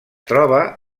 troba